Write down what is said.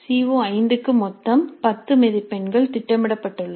CO5 க்கு மொத்தம் 10 மதிப்பெண்கள் திட்டமிடப்பட்டுள்ளன